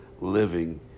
living